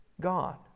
God